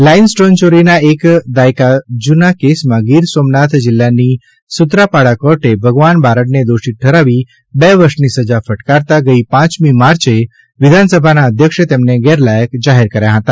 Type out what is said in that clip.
લાઇમ stone ચોરીના એક દાયકા જુના કેસમાં ગિર સોમનાથ જિલ્લાની સુત્રાપાડા કોર્ટે ભગવાન બારડને દોષિત ઠરાવી બે વર્ષના સજા ફટકારતા ગઇ પાંચમી માર્ચ વિધાનસભાના અધ્યક્ષે તેમને ગેરલાયક જાહેર કર્યા હતા